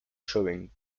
showing